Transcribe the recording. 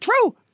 True